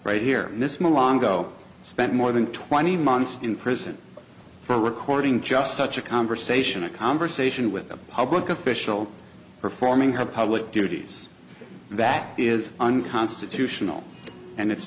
right here in this mongo spent more than twenty months in prison for recording just such a conversation a conversation with a public official performing her public duties that is unconstitutional and it's